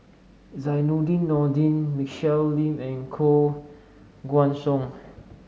Zainudin Nordin Michelle Lim and Koh Guan Song